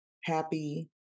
Happy